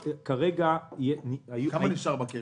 כמה נשאר בקרן?